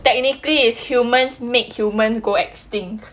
technically it's humans make humans go extinct